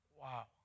Wow